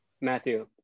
Matthew